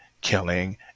killing